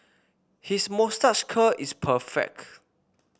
his moustache curl is perfect